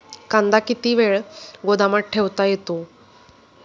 कांदा किती वेळ गोदामात ठेवता येतो?